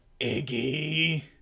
Iggy